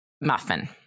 Muffin